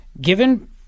given